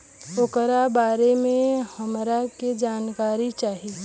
ओकरा बारे मे हमरा के जानकारी चाही?